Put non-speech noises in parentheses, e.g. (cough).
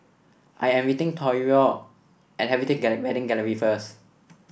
I am meeting Toivo at (unintelligible) Wedding Gallery first